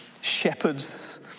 shepherds